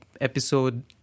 episode